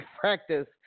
practice